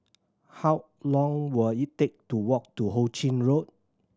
how long will it take to walk to Ho Ching Road